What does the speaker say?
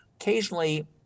Occasionally